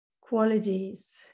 qualities